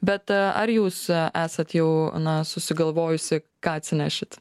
bet ar jūs esat jau na susigalvojusi ką atsinešit